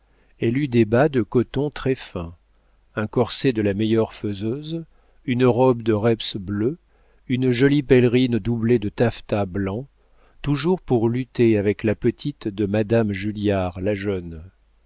elle eut des bas de coton très fins un corset de la meilleure faiseuse une robe de reps bleu une jolie pèlerine doublée de taffetas blanc toujours pour lutter avec la petite de madame julliard la jeune